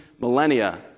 millennia